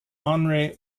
henri